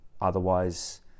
Otherwise